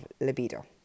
libido